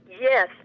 Yes